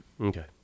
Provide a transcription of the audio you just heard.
Okay